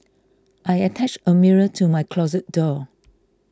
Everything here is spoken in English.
I attached a mirror to my closet door